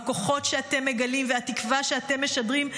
הכוחות שאתם מגלים והתקווה שאתם משדרים,